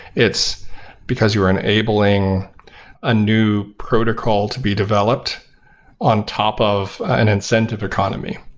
it's because you are enabling a new protocol to be developed on top of an incentive economy.